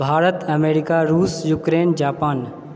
Bharat America रुस Ukraine Japan